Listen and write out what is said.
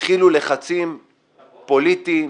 התחילו לחצים פוליטיים,